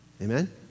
Amen